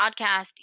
podcast